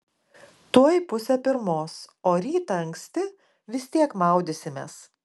tuoj pusė pirmos o rytą anksti vis tiek maudysimės